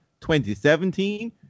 2017